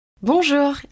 Bonjour